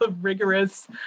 rigorous